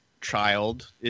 Child